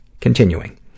Continuing